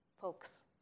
folks